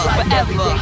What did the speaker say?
forever